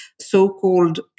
so-called